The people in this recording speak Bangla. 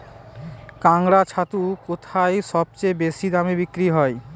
কাড়াং ছাতু কোথায় সবথেকে বেশি দামে বিক্রি হয়?